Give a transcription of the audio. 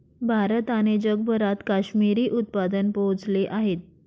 भारत आणि जगभरात काश्मिरी उत्पादन पोहोचले आहेत